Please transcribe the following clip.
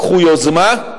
לקחו יוזמה,